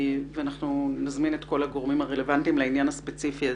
אנחנו נזמין את כל הגורמים הרלוונים לנושא זה.